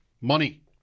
Money